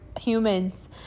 humans